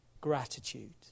gratitude